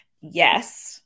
Yes